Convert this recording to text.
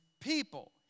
people